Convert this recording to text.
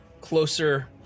closer